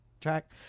track